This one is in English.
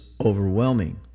overwhelming